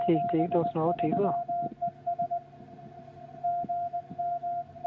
ठीक ठीक तुस सनाओ ठीक ओ